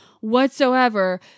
whatsoever